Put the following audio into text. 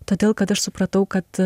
todėl kad aš supratau kad